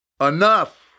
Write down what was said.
Enough